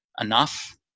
enough